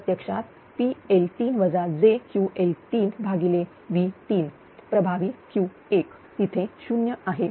प्रत्यक्षातV3 प्रभावी Ql3 तिथे 0 आहे